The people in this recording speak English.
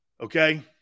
okay